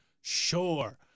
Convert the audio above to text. sure